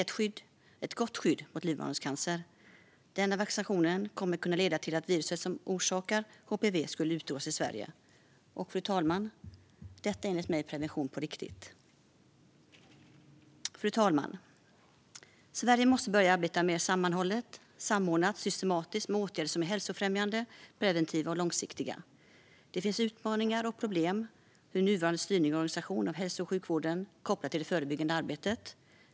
Detta ger ett gott skydd mot livmoderhalscancer. Denna vaccination kommer att leda till att viruset som orsakar HPV kan utrotas i Sverige. Detta är enligt mig prevention på riktigt. Fru talman! Sverige måste börja arbeta mer sammanhållet, samordnat och systematiskt med åtgärder som är hälsofrämjande, preventiva och långsiktiga. Det finns utmaningar och problem med nuvarande styrning och organisation av hälso och sjukvården kopplat till det förebyggande arbetet.